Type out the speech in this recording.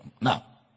now